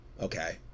okay